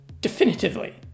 definitively